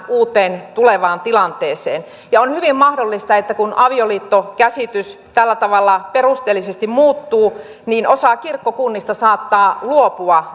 uuteen tulevaan tilanteeseen on hyvin mahdollista että kun avioliittokäsitys tällä tavalla perusteellisesti muuttuu niin osa kirkkokunnista saattaa luopua